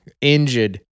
injured